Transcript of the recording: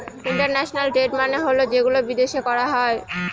international trade মানে হল যেগুলো বিদেশে করা হয়